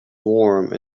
warm